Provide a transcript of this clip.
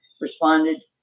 responded